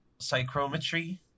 psychrometry